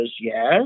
yes